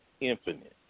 infinite